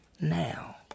now